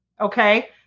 Okay